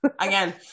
Again